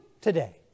today